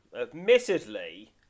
Admittedly